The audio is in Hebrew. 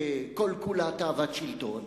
וכל-כולה תאוות שלטון,